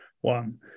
one